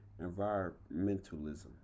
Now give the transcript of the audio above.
environmentalism